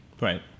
Right